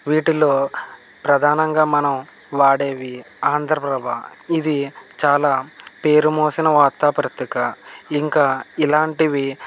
వీటిలో ప్రధానంగా మనం వాడేవి ఆంధ్రప్రభ ఇది చాలా పేరు మోసిన వార్తా పత్రిక ఇంకా ఇలాంటివి